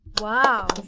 Wow